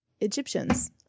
Egyptians